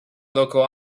local